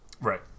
Right